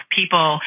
people